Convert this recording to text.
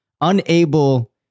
unable